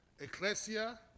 ecclesia